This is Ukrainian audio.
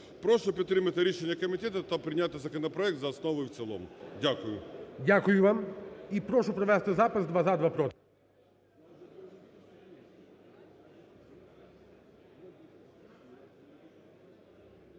Прошу підтримати рішення комітету та прийняти законопроект за основу і в цілому. Дякую. ГОЛОВУЮЧИЙ. Дякую вам. І прошу провести запис: два – за, два – проти.